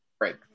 Right